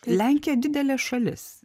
lenkija didelė šalis